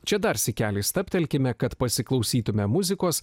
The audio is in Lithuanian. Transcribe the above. čia dar sykelį stabtelkime kad pasiklausytume muzikos